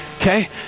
okay